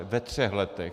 Ve třech letech.